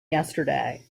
yesterday